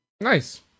Nice